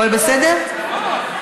הכול בסדר?